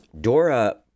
Dora